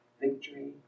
victory